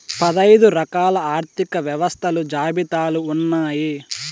పదైదు రకాల ఆర్థిక వ్యవస్థలు జాబితాలు ఉన్నాయి